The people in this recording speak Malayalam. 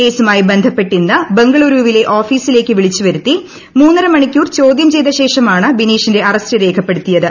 കേസുമായി ബ്ലീസ്ട്ര്പ്പെട്ട് ഇന്ന് ബംഗളൂരുവിലെ ഓഫീസിലേക്ക് വിളിച്ചുവരുത്തി മൂന്നരും മിന്നീക്കൂർ ചോദ്യം ചെയ്തശേഷമാണ് ബിനീഷിന്റെ ആദ്സ്റ്റു രേഖപ്പെടുത്തിയത്